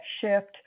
shift